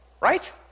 right